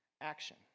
action